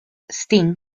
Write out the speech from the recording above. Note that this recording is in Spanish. sting